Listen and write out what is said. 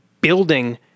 building